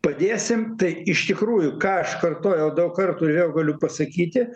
padėsim tai iš tikrųjų ką aš kartojau daug kartų ir vėl galiu pasakyti